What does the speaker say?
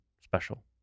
special